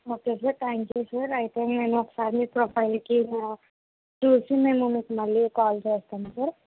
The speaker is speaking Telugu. okay sir thank you sir అయితే నేను ఒకసారి మీ ప్రొఫైల్కి చూసి మేము మీకు మళ్ళీ కాల్ చేస్తాం సార్